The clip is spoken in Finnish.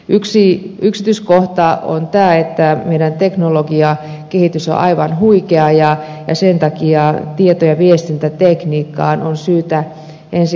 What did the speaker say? yksi yksityiskohta on tämä että meidän teknologiakehitys on aivan huikeaa ja sen takia tieto ja viestintätekniikkaan on syytä ensi kaudellakin panostaa